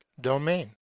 domain